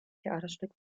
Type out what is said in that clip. theaterstück